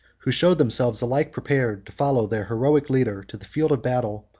who showed themselves alike prepared to follow their heroic leader to the field of battle,